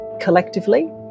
collectively